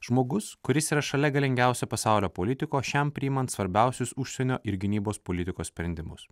žmogus kuris yra šalia galingiausio pasaulio politiko šiam priimant svarbiausius užsienio ir gynybos politikos sprendimus